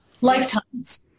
Lifetimes